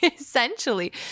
Essentially